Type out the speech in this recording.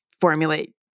formulate